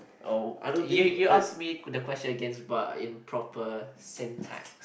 oh okay you you ask me the question against but in proper syntax